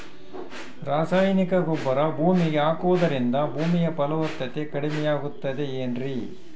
ರಾಸಾಯನಿಕ ಗೊಬ್ಬರ ಭೂಮಿಗೆ ಹಾಕುವುದರಿಂದ ಭೂಮಿಯ ಫಲವತ್ತತೆ ಕಡಿಮೆಯಾಗುತ್ತದೆ ಏನ್ರಿ?